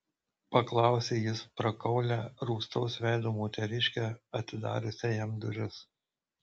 paklausė jis prakaulią rūstaus veido moteriškę atidariusią jam duris